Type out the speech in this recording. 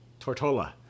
Tortola